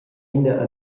ina